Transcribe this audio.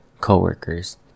coworkers